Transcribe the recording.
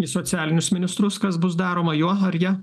į socialinius ministrus kas bus daroma jo ar ja